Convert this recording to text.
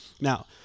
Now